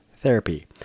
therapy